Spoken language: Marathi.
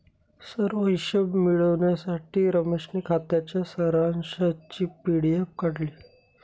सर्व हिशोब मिळविण्यासाठी रमेशने खात्याच्या सारांशची पी.डी.एफ काढली